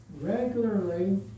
regularly